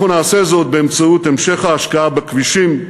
נעשה זאת באמצעות המשך ההשקעה בכבישים,